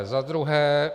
Za druhé.